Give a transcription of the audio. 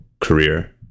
career